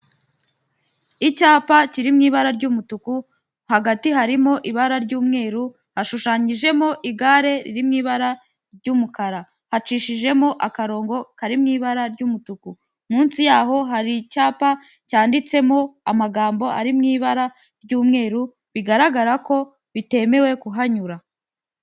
Icyapa kiri mu ibara ry'umutuku, hagati harimo ibara ry'umweru, hashushanyijemo igare riri mu ibara ry'umukara, hacishijemo akarongo kari mu ibara ry'umutuku, munsi yaho hari icyapa cyanditsemo amagambo ari mu ibara ry'umweru bigaragara ko bitemewe kuhanyura.